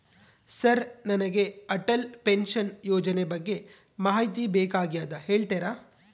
Sir ನನಗೆ Atal pension ಯೋಜನೆ ಬಗ್ಗೆ ಮಾಹಿತಿ ಬೇಕಾಗ್ಯದ ಹೇಳ್ತೇರಾ?